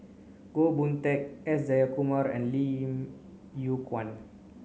Goh Boon Teck S Jayakumar and Lim Yew Kuan